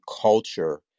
culture